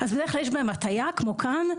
אז בדרך כלל יש בהם הטעיה כמו כאן,